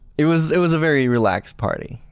it was it was a very relaxed party,